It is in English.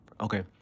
Okay